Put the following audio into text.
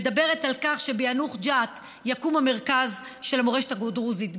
מדברת על כך שביאנוח-ג'ת יקום המרכז של המורשת הדרוזית.